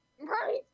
Right